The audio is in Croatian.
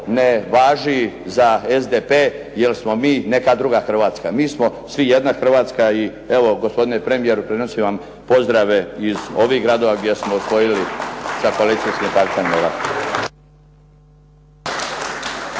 ne važi za SDP jer smo mi neka druga Hrvatska. Mi smo svi jedna Hrvatska i evo gospodine premijeru prenosim vam pozdrave iz ovih gradova gdje smo osvojili sa koalicijskim partnerima.